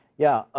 yeah.